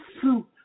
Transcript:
fruit